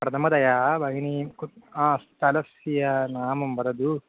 प्रथमतया भगिनी कुत्र स्थलस्य नाम वदतु